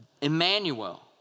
Emmanuel